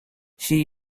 she